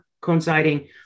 coinciding